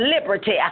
liberty